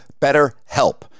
BetterHelp